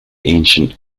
ancient